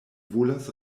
volas